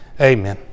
Amen